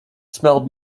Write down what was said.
smelled